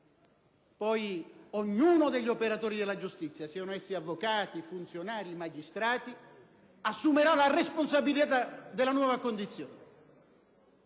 Poi ognuno degli operatori della giustizia - siano essi avvocati, funzionari, magistrati - assumerà la responsabilità della nuova condizione.